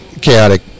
chaotic